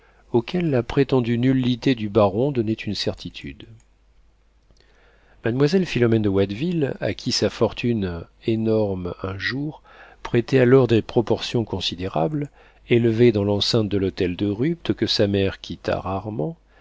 auxquelles la prétendue nullité du baron donnait une certitude mademoiselle philomène de watteville à qui sa fortune énorme un jour prêtait alors des proportions considérables élevée dans l'enceinte de l'hôtel de rupt que sa mère quitta rarement